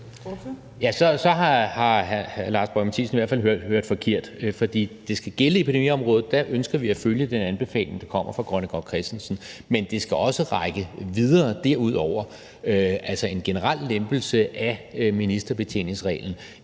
Så har hr. Lars Boje Mathiesen i hvert fald hørt forkert, for det skal gælde på epidemiområdet – der ønsker vi at følge den anbefaling, der kommer fra Grønnegård Christensen. Men det skal også række videre derudover, altså en generel lempelse af ministerbetjeningsreglen.